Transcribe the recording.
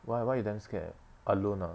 why why you damn scared alone ah